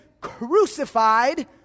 crucified